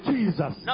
Jesus